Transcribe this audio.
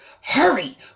Hurry